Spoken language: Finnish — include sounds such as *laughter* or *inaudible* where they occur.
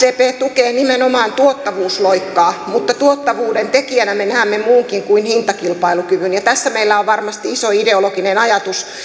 *unintelligible* sdp tukee nimenomaan tuottavuusloikkaa mutta tuottavuuden tekijänä me näemme muunkin kuin hintakilpailukyvyn ja tässä meillä on varmasti iso ideologinen ajatus